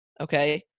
okay